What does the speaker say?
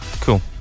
Cool